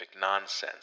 nonsense